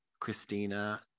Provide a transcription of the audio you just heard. Christina